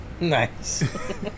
Nice